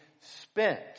spent